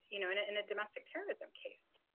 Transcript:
you know, in in a domestic terrorism case?